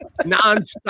nonstop